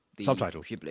Subtitles